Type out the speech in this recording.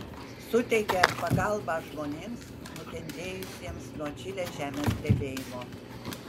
suteikė pagalbą žmonėms nukentėjusiems nuo čilės žemės drebėjimo